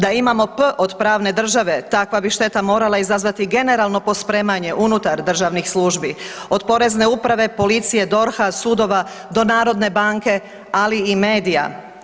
Da imamo P od pravne države takva bi šteta morala izazvati generalno pospremanje unutar državnih službi od Porezne uprave, policije, DORH-a, sudova do Narodne banke ali i medija.